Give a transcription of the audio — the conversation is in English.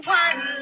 one